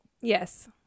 yes